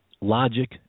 logic